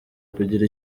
kugira